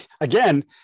again